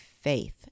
faith